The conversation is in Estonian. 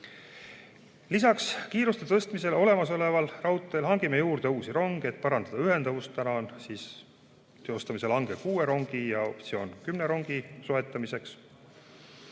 Lisaks kiiruse suurendamisele olemasoleval raudteel hangime juurde uusi ronge, et parandada ühendust. Praegu on teostamisel hange kuue rongi ja optsioon kümne rongi soetamiseks.